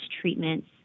treatments